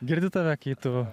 girdi tave kai tu